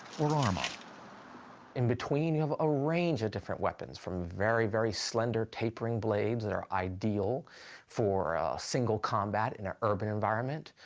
or arma. clements in between, you have a range of different weapons, from very, very slender, tapering blades that are ideal for single combat in an urban environment,